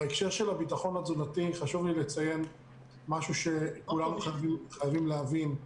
בהקשר של הביטחון התזונתי חשוב לי לציין משהו שכולנו חייבים להבין.